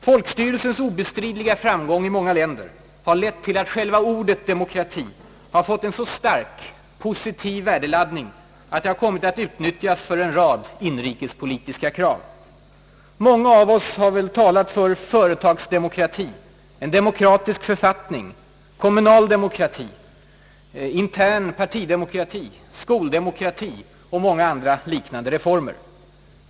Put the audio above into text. Folkstyrelsens obestridliga framgång i många länder har lett till att själva ordet »demokrati» fått en så starkt positiv värdeladdning att det kommit att nyttjas för en rad inrikespolitiska krav. Många av oss har ofta talat för företagsdemokrati, en demokratisk författning, kommunal demokrati, skoldemokrati, intern partidemokrati och många liknande reformer.